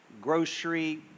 grocery